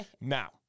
Now